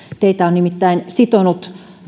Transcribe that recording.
on nimittäin sitonut